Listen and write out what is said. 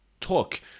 talk